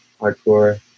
hardcore